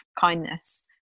kindness